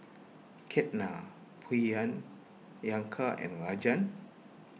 Ketna Priyan Yanka and Rajan